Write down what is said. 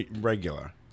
regular